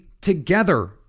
together